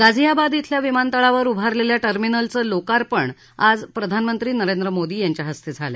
गाझियाबाद खिल्या विमानतळावर उभारलेल्या टर्मिनलचं लोकार्पण आज प्रधानमंत्री नरेंद्र मोदी यांच्या हस्ते झालं